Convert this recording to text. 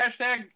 Hashtag